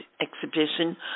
exhibition